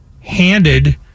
handed